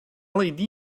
led